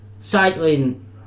Cycling